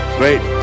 great